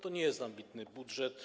To nie jest ambitny budżet.